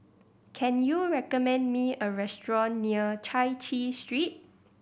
can you recommend me a restaurant near Chai Chee Street